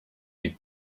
des